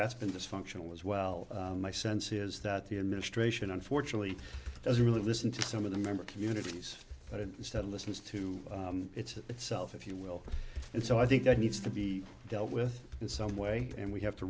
that's been dysfunctional as well my sense is that the administration unfortunately doesn't really listen to some of the member communities but instead listens to itself if you will and so i think that needs to be dealt with in some way and we have to